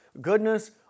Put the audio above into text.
goodness